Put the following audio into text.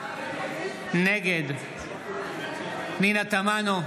נגד פנינה תמנו,